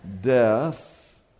Death